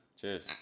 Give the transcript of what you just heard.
Cheers